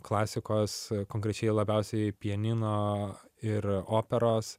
klasikos konkrečiai labiausiai pianino ir operos